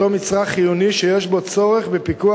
בהיותו מצרך חיוני שיש בו צורך בפיקוח